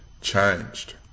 changed